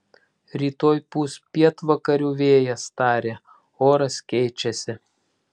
rytoj pūs pietvakarių vėjas tarė oras keičiasi